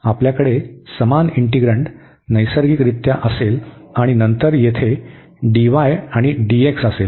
आपल्याकडे समान इंटिग्रण्ड नैसर्गिकरित्या असेल आणि नंतर येथे dy आणि dx असेल